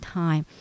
time